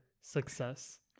success